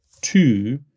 two